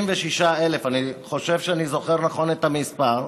36,000 אזרחים, אני חושב שאני זוכר נכון את המספר,